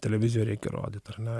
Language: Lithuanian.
televizijoj reikia rodyt ar ne